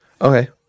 Okay